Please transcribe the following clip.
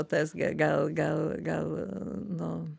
tas ge gal gal gal nu